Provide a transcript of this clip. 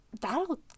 That'll